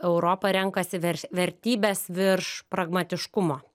europa renkasi verš vertybes virš pragmatiškumo